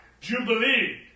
jubilee